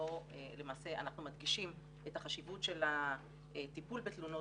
שבו למעשה אנחנו מדגישים את החשיבות של הטיפול בתלונות,